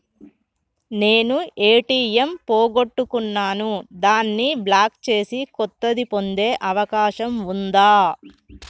నేను ఏ.టి.ఎం పోగొట్టుకున్నాను దాన్ని బ్లాక్ చేసి కొత్తది పొందే అవకాశం ఉందా?